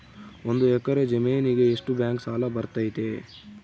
ಒಂದು ಎಕರೆ ಜಮೇನಿಗೆ ಎಷ್ಟು ಬ್ಯಾಂಕ್ ಸಾಲ ಬರ್ತೈತೆ?